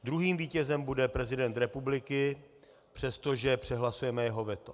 Druhým vítězem bude prezident republiky, přestože přehlasujeme jeho veto.